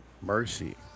Mercy